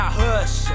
hush